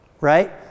Right